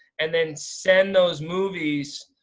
and then send those movies,